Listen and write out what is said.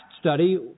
study